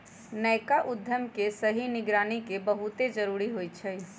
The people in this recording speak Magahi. नयका उद्यम के सही निगरानी के बहुते जरूरी होइ छइ